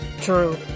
true